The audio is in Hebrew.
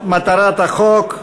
מטרת החוק.